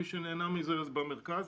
ומי שנהנה מזה הם תושבי המרכז.